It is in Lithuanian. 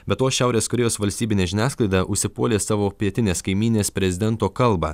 be to šiaurės korėjos valstybinė žiniasklaida užsipuolė savo pietinės kaimynės prezidento kalbą